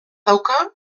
dauka